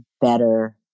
better